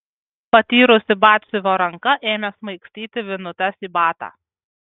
patyrusi batsiuvio ranka ėmė smaigstyti vinutes į batą